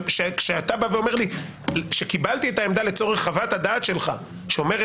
כשאתה בא ואומר לי שקיבלתי את העמדה לצורך חוות הדעת שלך שאומרת,